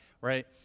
right